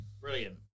Brilliant